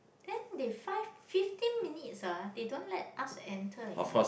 then they five fifteen minutes ah they don't let us enter you know